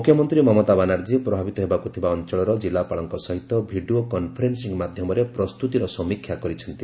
ମୁଖ୍ୟମନ୍ତ୍ରୀ ମମତା ବାନାର୍ଜୀ ପ୍ରଭାବିତ ହେବାକୁ ଥିବା ଅଞ୍ଚଳର ଜିଲ୍ଲାପାଳଙ୍କ ସହିତ ଭିଡ଼ିଓ କନ୍ଫରେନ୍ସିଂ ମାଧ୍ୟମରେ ପ୍ରସ୍ତୁତିର ସମୀକ୍ଷା କରିଛନ୍ତି